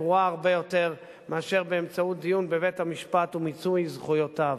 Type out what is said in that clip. גרועה הרבה יותר מאשר באמצעות דיון בבית-המשפט ומיצוי זכויותיו.